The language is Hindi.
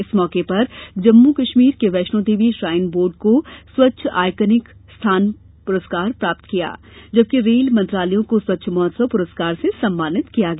इस मौके पर जम्मू कश्मीर के वैष्णो देवी श्राइन बोर्ड को स्वच्छ आईकॉनिक स्थान पुरस्कार दिया गया जबकि रेल मंत्रालयों को स्वच्छ महोत्सव पुरस्कार से सम्मानित किया गया